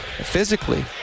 physically